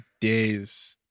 days